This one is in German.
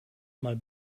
mal